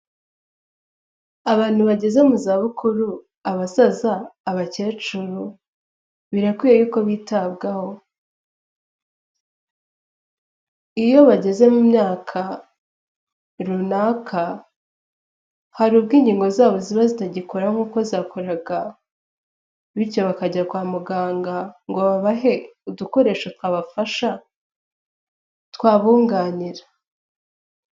Bageze mu zabukuru abasaza, abakecuru birakwiye yuko bitabwaho, iyo bageze mu myaka runaka hari ubwo ingingo zabo ziba zitagikora nkuko zakoraga bityo bakajya kwa muganga ngo babahe udukoresho kabafasha twabunganira.